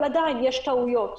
אבל עדיין יש טעויות.